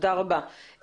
תודה רבה.